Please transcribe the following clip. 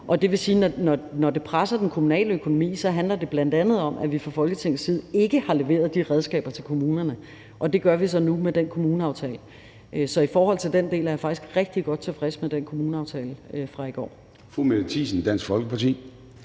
Det vil sige, at når det presser den kommunale økonomi, handler det bl.a. om, at vi fra Folketingets side ikke har leveret de redskaber til kommunerne, og det gør vi så nu med den kommuneaftale. Så i forhold til den del er jeg faktisk rigtig godt tilfreds med den kommuneaftale fra i går.